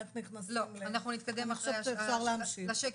אני חושבת שאפשר להמשיך.